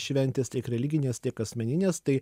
šventės tiek religinės tiek asmeninės tai